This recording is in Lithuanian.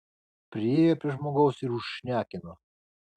priėjo prie žmogaus ir užšnekino